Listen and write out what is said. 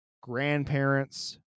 grandparents